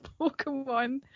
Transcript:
Pokemon